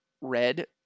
red